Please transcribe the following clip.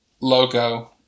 logo